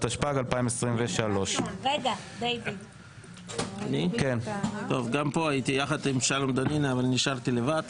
התשפ"ג 2023. גם פה הייתי יחד עם שלום דנינו אבל נשארתי לבד,